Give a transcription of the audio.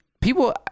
People